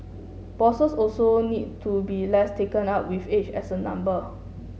bosses also need to be less taken up with age as a number